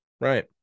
right